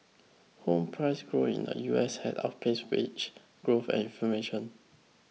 home price grow in the U S had outpaced wage growth and information